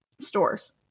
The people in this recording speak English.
stores